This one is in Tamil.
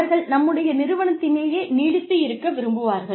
அவர்கள் நம்முடைய நிறுவனத்திலேயே நீடித்து இருக்க விரும்புவார்கள்